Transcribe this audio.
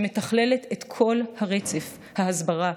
שמתכללת את כל הרצף: ההסברה,